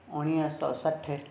उणवीह सौ सठि